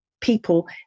people